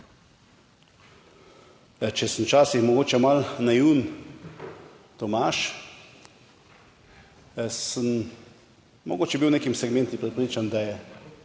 Če sem včasih mogoče malo naiven Tomaž, sem mogoče bil v nekem segmentu prepričan, da je